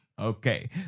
Okay